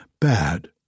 Bad